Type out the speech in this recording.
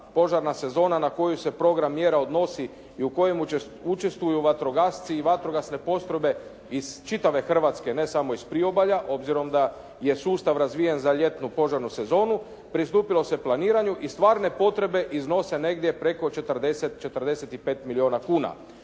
požarna sezona na koju se program mjera odnosi i u kojem učestvuju vatrogasci i vatrogasne postrojbe iz čitave Hrvatske ne samo iz priobalja obzirom da je sustav razvijen za ljetnu požarnu sezonu. Pristupilo se planiranju i stvarne potrebe iznose negdje preko 40, 45 milijuna kuna.